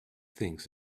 things